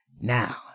Now